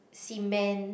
cement